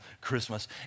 Christmas